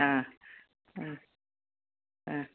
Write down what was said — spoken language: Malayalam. ആ ആ ആ